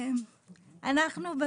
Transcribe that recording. אנחנו,